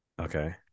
Okay